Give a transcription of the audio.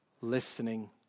listening